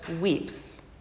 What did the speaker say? weeps